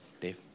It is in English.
Dave